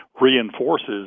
reinforces